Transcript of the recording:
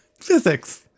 Physics